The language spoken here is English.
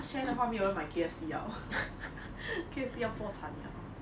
他 share 的话没有人买 K_F_C liao K_F_C 要破残了